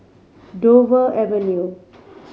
Dover Avenue